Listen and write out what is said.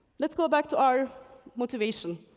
let's go back to our motivation.